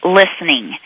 listening